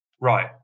right